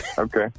Okay